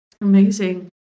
amazing